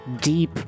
deep